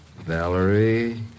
Valerie